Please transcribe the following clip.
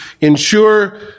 ensure